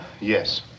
yes